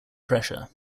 pressure